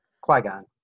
Qui-Gon